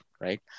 Right